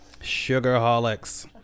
Sugarholics